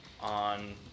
on